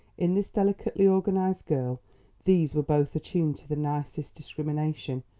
in this delicately organised girl these were both attuned to the nicest discrimination,